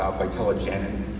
vitellogenin,